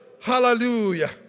Hallelujah